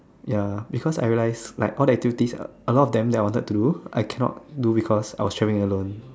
ya because I realize like all the activities a lot of them that I wanted to do I cannot do because I was traveling alone